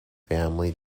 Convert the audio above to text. family